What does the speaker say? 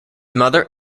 mother